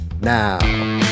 now